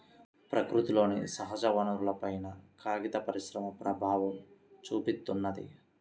ప్రకృతిలోని సహజవనరులపైన కాగిత పరిశ్రమ ప్రభావం చూపిత్తున్నది